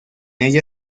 ella